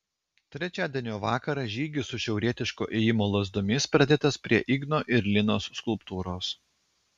trečiadienio vakarą žygis su šiaurietiško ėjimo lazdomis pradėtas prie igno ir linos skulptūros